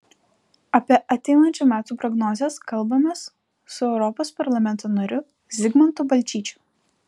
apie ateinančių metų prognozes kalbamės su europos parlamento nariu zigmantu balčyčiu